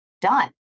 done